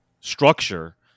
structure